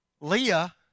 Leah